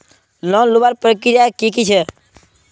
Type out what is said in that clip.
Loan लुबार प्रक्रिया की की छे?